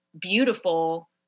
beautiful